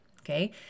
Okay